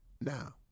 Now